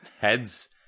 heads